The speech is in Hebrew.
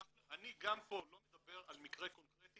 אני גם פה לא מדבר על מקרה קונקרטי,